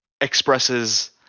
expresses